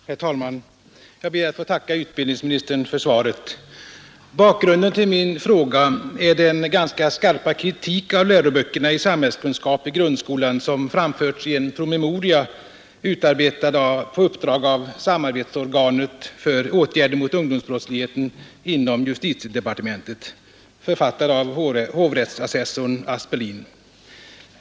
Herr talman! Jag ber att få tacka utbildningsministern för svaret. Bakgrunden till min fråga är den ganska skarpa kritik av läroböckerna i samhällskunskap i grundskolan som framförs i en promemoria, utarbetad på uppdrag av samarbetsorganet för åtgärder mot ungdomsbrottsligheten inom justitiedepartementet och författad av hovrättsassessorn Aspelin.